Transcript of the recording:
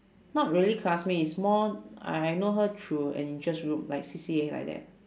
not really classmate is more I I know her through an interest group like C_C_A like that